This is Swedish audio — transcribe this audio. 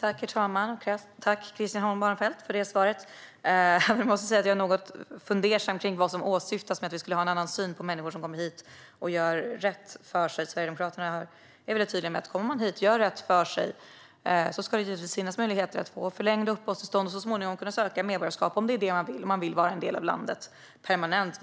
Herr talman! Tack för svaret, Christian Holm Barenfeld, även om jag måste säga att jag är något fundersam kring vad som åsyftas gällande att vi skulle ha en annan syn på människor som kommer hit och gör rätt för sig. Vi i Sverigedemokraterna är tydliga med att den som kommer hit och gör rätt för sig givetvis ska ha möjlighet att få förlängt uppehållstillstånd och så småningom söka medborgarskap om det är det man vill - om man vill vara en del av landet permanent.